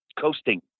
coasting